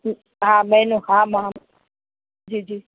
हा महीनो हा मां जी जी